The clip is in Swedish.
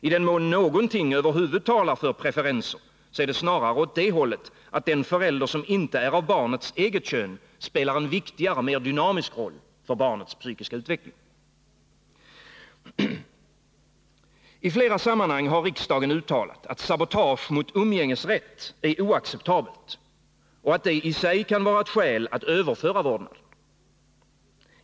I den mån någonting över huvud taget talar för preferenser är det snarare åt det hållet, att den förälder som inte är av barnets eget kön spelar en viktigare, mer dynamisk roll för barnets psykiska utveckling. I flera sammanhang har riksdagen uttalat att sabotage mot umgängesrätt är oacceptabelt och att det i sig kan vara ett skäl att överföra vårdnaden.